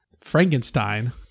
Frankenstein